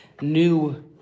new